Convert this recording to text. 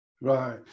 Right